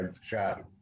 shot